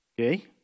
Okay